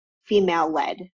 female-led